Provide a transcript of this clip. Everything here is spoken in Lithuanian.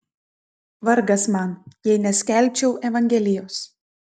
vargas man jei neskelbčiau evangelijos